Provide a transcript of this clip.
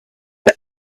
but